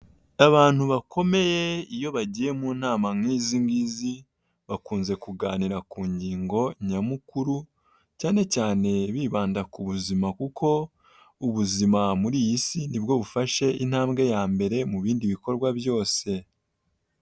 Abantu bakomeye iyo bagiye mu nama nk'izi ngizi bakunze kuganira ku ngingo nyamukuru cyane cyane bibanda ku buzima kuko ubuzima muri iyi si nibwo bufasha intambwe ya mbere mu bindi bikorwa byose.